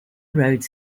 roads